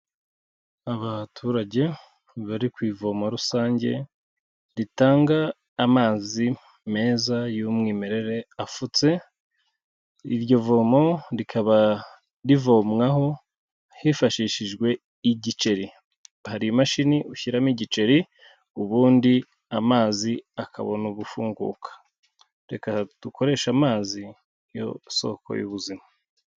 Abaturage bari ku ivomo rusange ritanga amazi meza y'umwimerere afutse, iryo vomo rikaba rivomwaho hifashishijwe igiceri. Hari imashini ushyiramo igiceri ubundi amazi akabona ubufunguka. Reka dukoreshe amazi yo soko y'ubuzima.